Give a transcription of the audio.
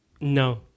No